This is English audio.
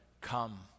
come